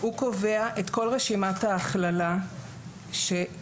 הוא קובע את כל רשימת ההכללה שתהיה